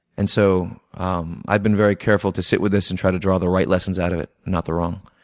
and so um i've been very careful to sit with this and try to draw the right lessons out of it and not the wrong,